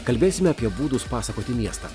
kalbėsime apie būdus pasakoti miestą